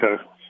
Okay